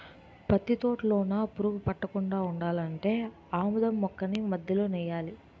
పత్తి తోటలోన పురుగు పట్టకుండా ఉండాలంటే ఆమదం మొక్కల్ని మధ్యలో నెయ్యాలా